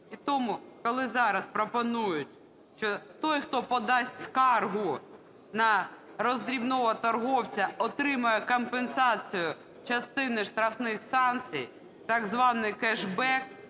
І тому, коли зараз пропонують, що той, хто подасть скаргу на роздрібного торговця, отримає компенсацію частини штрафних санкцій, так званий кешбек,